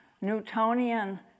Newtonian